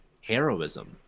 heroism